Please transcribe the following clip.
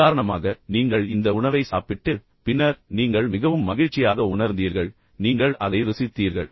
உதாரணமாக நீங்கள் இந்த உணவை சாப்பிட்டு பின்னர் நீங்கள் மிகவும் மகிழ்ச்சியாக உணர்ந்தீர்கள் நீங்கள் அதை ருசித்தீர்கள்